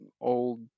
old